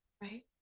Right